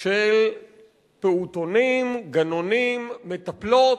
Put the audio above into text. של פעוטונים, גנונים, מטפלות.